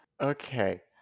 Okay